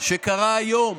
שקרה היום